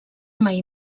mai